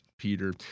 Peter